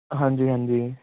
ਹਾਂਜੀ ਹਾਂਜੀ